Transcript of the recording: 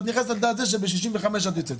את נכנסת וב-65 את יוצאת.